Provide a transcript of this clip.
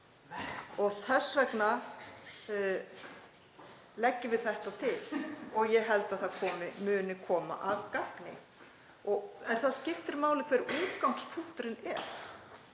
Þess vegna leggjum við þetta til og ég held að það muni koma að gagni. En það skiptir máli hver útgangspunkturinn er.